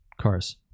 cars